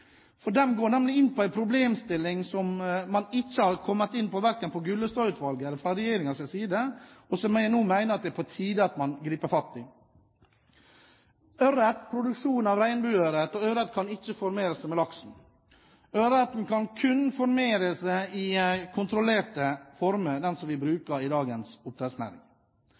går nemlig inn på en problemstilling som verken Gullestad-utvalget eller regjeringen har kommet inn på, og som jeg nå mener det er på tide at man griper fatt i. Det gjelder ørret og produksjon av regnbueørret. Ørret kan ikke formere seg med laksen. Ørreten kan kun formere seg i kontrollerte former, den form vi bruker i dagens oppdrettsnæring.